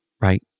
Right